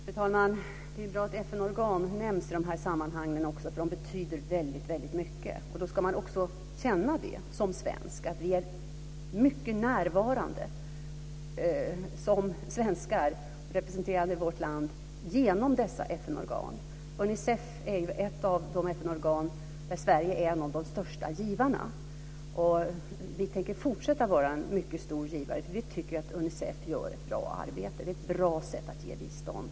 Fru talman! Det är bra att FN-organ nämns i dessa sammanhang. De betyder väldigt mycket. Då ska man som svensk också känna att vi är mycket närvarande som svenskar, representerande vårt land, genom dessa Unicef är ett av de FN-organ där Sverige är en av de största givarna. Vi tänker fortsätta att vara en mycket stor givare, eftersom vi tycker att Unicef gör ett bra arbete. Det är ett bra sätt att ge bistånd.